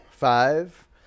Five